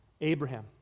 Abraham